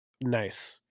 Nice